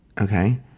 okay